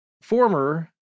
former